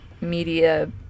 media